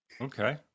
Okay